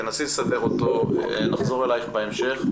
תנסי לסדר אותו ונחזור אלייך בהמשך.